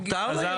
חזרתי.